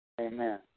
Amen